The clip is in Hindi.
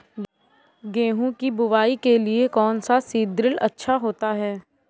गेहूँ की बुवाई के लिए कौन सा सीद्रिल अच्छा होता है?